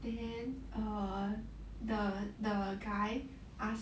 then err the the guy ask